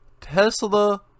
tesla